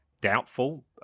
doubtful